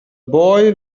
boy